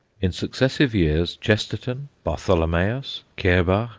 in successive years, chesterton, bartholomeus, kerbach,